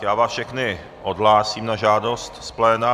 Já vás všechny odhlásím na žádost z pléna.